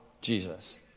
Jesus